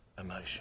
emotion